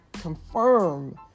confirm